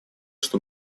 что